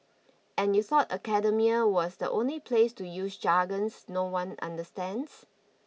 and you thought academia was the only place to use jargons no one understands